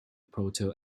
proto